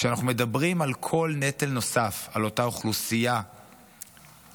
כשאנחנו מדברים על כל נטל נוסף על אותה אוכלוסייה ציונית,